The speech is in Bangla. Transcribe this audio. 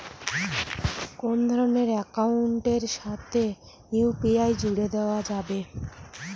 কোন ধরণের অ্যাকাউন্টের সাথে ইউ.পি.আই জুড়ে দেওয়া যাবে?